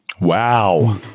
Wow